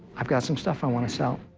i've got some stuff i want to sell.